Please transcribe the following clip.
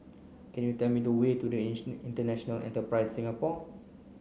can you tell me the way to International Enterprise Singapore